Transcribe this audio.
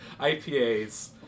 IPAs